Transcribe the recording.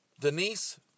Denise